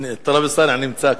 הנה, טלב אלסאנע נמצא כאן.